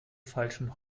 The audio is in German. falschen